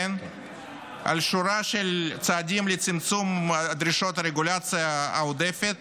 על שורה של צעדים לצמצום דרישות הרגולציה העודפת